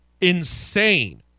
Insane